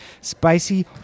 spicy